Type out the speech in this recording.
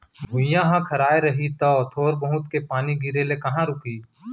भुइयॉं ह खराय रही तौ थोर बहुत के पानी गिरे ले कहॉं रूकही